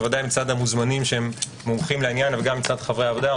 ודאי מצד המוזמנים שהם מומחים לעניין אך גם מצד חברי הוועדה,